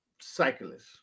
cyclists